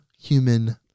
human